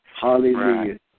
Hallelujah